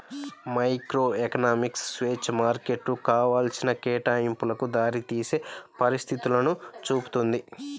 microeconomics స్వేచ్ఛా మార్కెట్లు కావాల్సిన కేటాయింపులకు దారితీసే పరిస్థితులను చూపుతుంది